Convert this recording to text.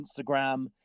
Instagram